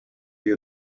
you